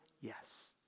Yes